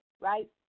right